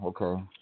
okay